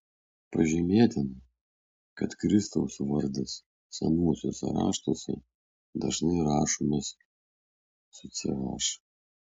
pažymėtina kad kristaus vardas senuosiuose raštuose dažnai rašomas su ch